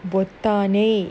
bothaanei